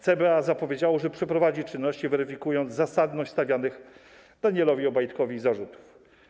CBA zapowiedziało, że przeprowadzi czynności, weryfikując zasadność stawianych Danielowi Obajtkowi zarzutów.